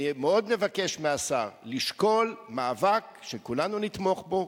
אני מבקש מהשר לשקול מאבק שכולנו נתמוך בו,